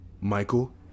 Michael